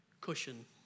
cushion